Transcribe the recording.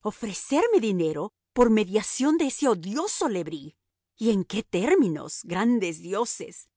ofrecerme dinero por mediación de ese odioso le bris y en qué términos grandes dioses